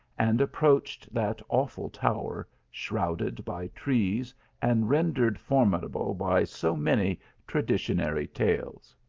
and approached that awful tower, shrouded by trees and rendered formidable by so many traditionary tales.